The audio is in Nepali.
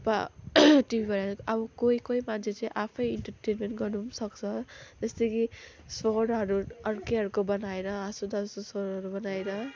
पा टिभीबाट अब कोहि कोहि मान्छे चाहिँ आफै इन्टरटेन्मेन्ट गर्नु पनि सक्छ जस्तै कि स्वरहरू अर्कै अर्कै बनाएर हाँसउठ्दो हाँसउठ्दो स्वरहरू बनाएर